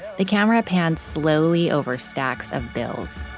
the camera pans slowly over stacks of bills